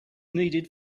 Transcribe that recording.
needed